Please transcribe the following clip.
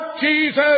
Jesus